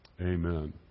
Amen